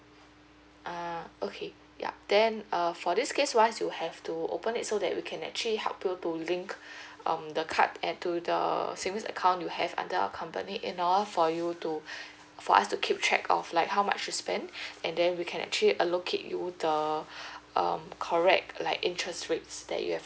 uh okay ya then err for this case wise you have to open it so that we can actually help you to link um the card into the err savings account you have under our company in order for you to for us to keep track of like how much you spent and then we can actually allocate you the um correct like interest rates that you have